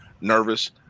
nervous